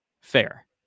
fair